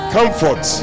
Comfort